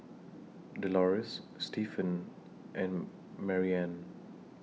Delores Stefan and Marianne